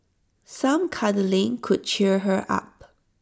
some cuddling could cheer her up